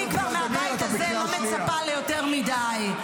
אני מהבית הזה כבר לא מצפה ליותר מדי.